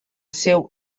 seu